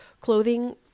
clothing